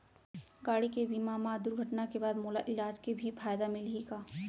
गाड़ी के बीमा मा दुर्घटना के बाद मोला इलाज के भी फायदा मिलही का?